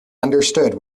understood